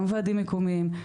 גם ועדים מקומיים,